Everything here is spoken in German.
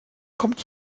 kommt